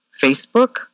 Facebook